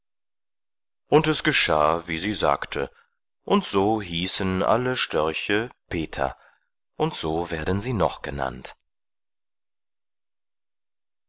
und es geschah wie sie sagte und so hießen alle störche peter und so werden sie noch genannt